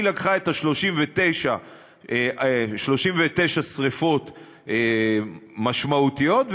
היא לקחה את 39 השרפות המשמעותיות,